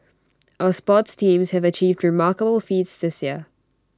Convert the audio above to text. our sports teams have achieved remarkable feats this year